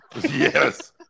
Yes